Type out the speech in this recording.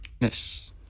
Yes